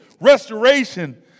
restoration